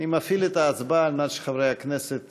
אני מפעיל את ההצבעה כדי שחברי הכנסת